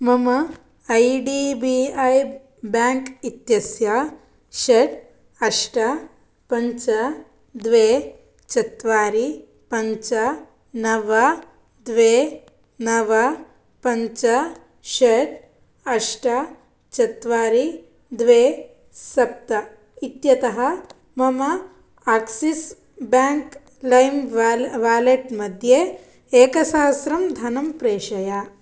मम I D B I bank इत्यस्य षट् अष्ट पञ्च द्वे चत्वारि पञ्च नव द्वे नव पञ्च षट् अष्ट चत्वारि द्वे सप्त इत्यतः मम आक्सिस् बेङ्क् लैम् वाले वालेट् मध्ये एकसहस्रं धनं प्रेषय